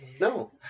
No